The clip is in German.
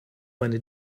meine